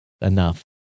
enough